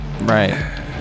Right